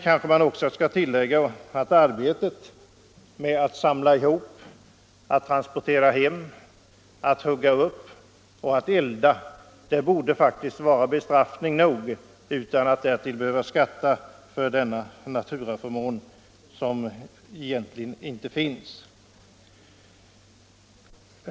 Man kan kanske tillägga att arbetet med att samla ihop, att transportera hem, att hugga upp och att elda faktiskt borde vara bestraffning nog utan att man därtill skall behöva skatta för denna naturaförmån, som egentligen inte finns.